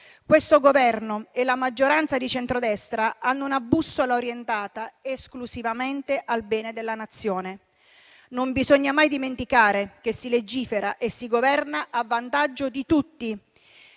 Questo Governo e la maggioranza di centrodestra hanno una bussola orientata esclusivamente al bene della Nazione. Non bisogna mai dimenticare che si legifera e si governa a vantaggio di tutti